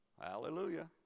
Hallelujah